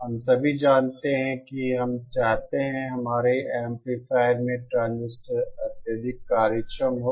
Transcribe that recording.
हम सभी जानते हैं कि हम चाहते हैं हमारे एम्पलीफायर में ट्रांजिस्टर अत्यधिक कार्यक्षम हो